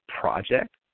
project